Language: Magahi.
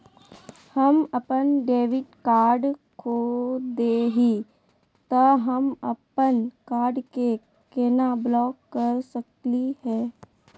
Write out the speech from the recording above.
हम अपन डेबिट कार्ड खो दे ही, त हम अप्पन कार्ड के केना ब्लॉक कर सकली हे?